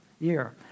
year